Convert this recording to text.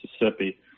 Mississippi